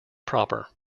proper